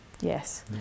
yes